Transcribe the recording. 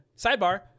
Sidebar